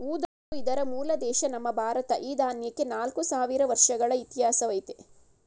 ಊದಲು ಇದರ ಮೂಲ ದೇಶ ನಮ್ಮ ಭಾರತ ಈ ದಾನ್ಯಕ್ಕೆ ನಾಲ್ಕು ಸಾವಿರ ವರ್ಷಗಳ ಇತಿಹಾಸವಯ್ತೆ